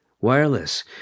Wireless